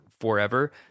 forever